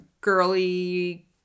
girly